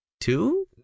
two